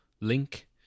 link